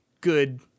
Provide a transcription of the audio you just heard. good